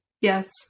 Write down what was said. Yes